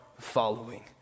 following